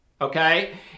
okay